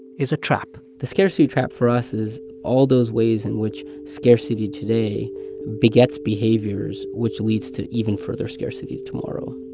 is a trap the scarcity trap for us is all those ways in which scarcity today begets behaviors, which leads to even further scarcity tomorrow.